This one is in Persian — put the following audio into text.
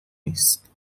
نیست